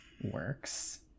works